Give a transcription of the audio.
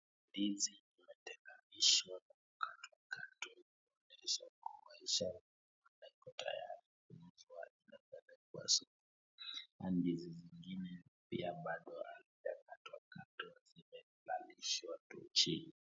Ndizi zimetenganishwa, kwa kukatwa-katwa kuonyesha kuwa zimeshaiva na ziko tayari kuliwa, na zinapelekwa sokoni. Ndizi zingine pia bado hazijakatwa-katwa, zimelalishwa tu chini.